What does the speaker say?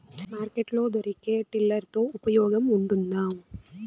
Market లో దొరికే tiller తో ఉపయోగం ఉంటుందా?